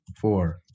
four